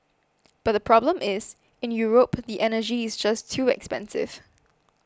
but the problem is in Europe the energy is just too expensive